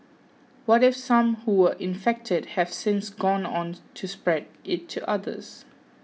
what if some who were infected have since gone on to spread it to others